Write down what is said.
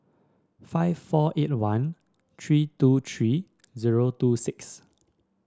five four eight one three two three zero two six